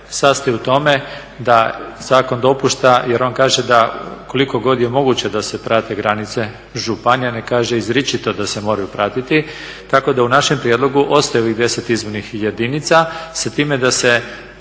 sastoji u tome da svakom dopušta, jer on kaže da koliko god je moguće da se prate granice županija. Ne kaže izričito da se moraju pratiti, tako da u našem prijedlogu ostaje ovih 10 izbornih jedinica sa time da se